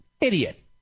idiot